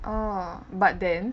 oh but then